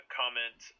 comment